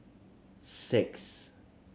six